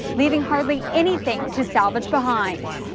leaving hardly anything to salvage behind.